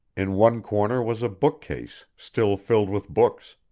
in one corner was a bookcase still filled with books,